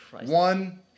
One